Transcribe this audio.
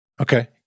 Okay